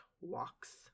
walks